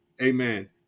Amen